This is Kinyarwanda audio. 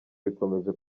bikomeje